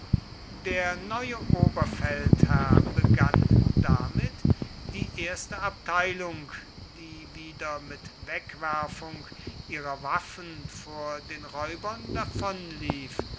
der neue oberfeldherr begann damit die erste abteilung die wieder mit wegwerfung ihrer waffen vor den räubern